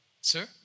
Sir